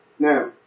Now